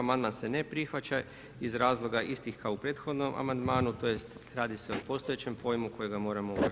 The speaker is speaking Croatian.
Amandman se ne prihvaća iz razloga istih kao u prethodnom amandmanu tj. radi se o postojećem pojmu kojega moramo uvažavati.